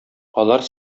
алар